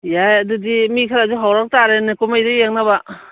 ꯌꯥꯏ ꯑꯗꯨꯗꯤ ꯃꯤ ꯈꯔꯁꯨ ꯍꯧꯔꯛꯇꯥꯔꯦꯅꯦ ꯀꯨꯝꯍꯩꯗꯨ ꯌꯦꯡꯅꯕ